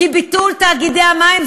כי ביטול תאגידי המים,